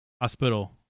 Hospital